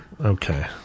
Okay